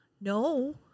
No